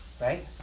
right